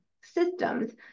systems